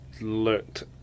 looked